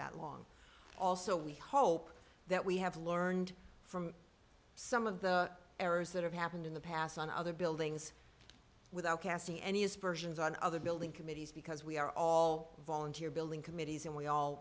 that long also we hope that we have learned from some of the errors that have happened in the past on other buildings without casting any aspersions on other building committees because we are all volunteer building committees and we all